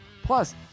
plus